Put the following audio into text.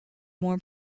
more